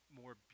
more